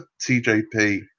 TJP